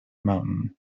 mountain